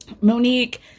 Monique